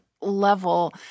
level